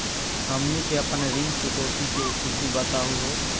हमनी के अपन ऋण चुकौती के स्थिति बताहु हो?